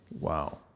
Wow